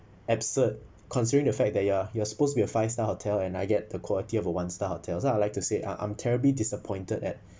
absurd considering the fact that you are you are supposed to be a five star hotel and I get the quality of a one star hotels lah like to say um I'm terribly disappointed at